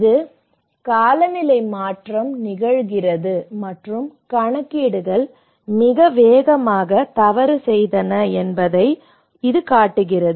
இது காலநிலை மாற்றம் நிகழ்கிறது மற்றும் கணக்கீடுகள் மிக வேகமாக தவறு செய்தன என்பதை இது காட்டுகிறது